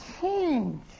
change